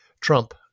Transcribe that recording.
Trump